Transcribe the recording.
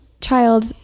child